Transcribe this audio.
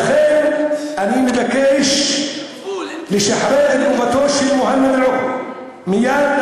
לכן אני מבקש לשחרר את גופתו של מוהנד אל-עוקבי מייד,